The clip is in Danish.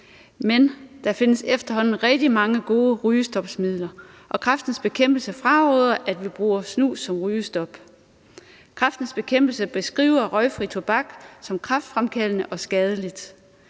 Men der findes efterhånden rigtig mange gode rygestopmidler, og Kræftens Bekæmpelse fraråder, at vi bruger snus som rygestop. Kræftens Bekæmpelse beskriver røgfri tobak som kræftfremkaldende og skadeligt.